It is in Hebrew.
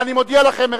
ואני מודיע לכם,